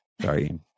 Sorry